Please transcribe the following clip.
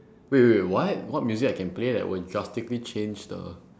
wait wait what what music I can play that will drastically change the